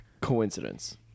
coincidence